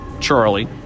Charlie